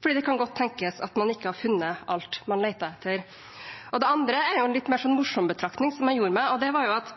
for det kan godt tenkes at man ikke har funnet alt man leter etter. Det andre er litt mer morsom betraktning som jeg gjorde meg, og det er at